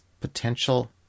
potential